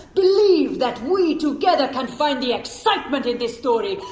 believe that we together can find the excitement in this story,